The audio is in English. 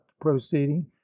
proceeding